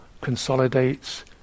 consolidates